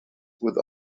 with